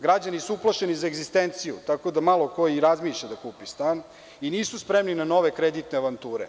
Građani su uplašeni za egzistenciju, tako da malo ko i razmišlja da kupi stan i nisu spremni na nove kreditne avanture.